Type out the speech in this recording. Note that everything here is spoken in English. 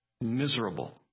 miserable